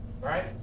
right